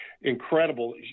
incredible